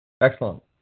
Excellent